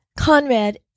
Conrad